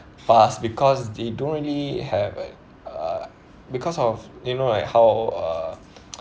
past because they don't really have like uh because of you know like how uh